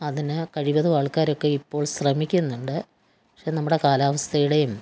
അതിന് കഴിവതും ആൾക്കാരൊക്കെ ഇപ്പോൾ ശ്രമിക്കുന്നുണ്ട് പക്ഷേ നമ്മുടെ കാലാവസ്ഥയുടെയും